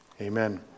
amen